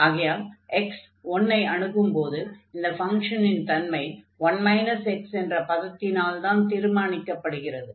ஆகையால் x 1 ஐ அணுகும்போது இந்த ஃபங்ஷனின் தன்மை 1 x என்ற பதத்தினால்தான் தீர்மானிக்கப்படுகிறது